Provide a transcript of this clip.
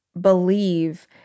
believe